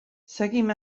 seguim